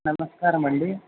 నమస్కారమండీ